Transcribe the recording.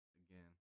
again